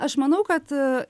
aš manau kad